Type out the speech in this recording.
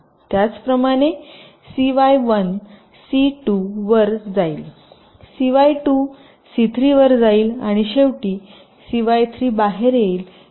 त्याचप्रमाणे C Y 1 C 2 वर जाईल सीवाय 2 सी 3 वर जाईल आणि शेवटी सीवाय 3 बाहेर येईल जे फायनल अडडिशन करेल